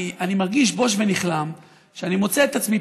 אני מרגיש בוש ונכלם שאני מוצא את עצמי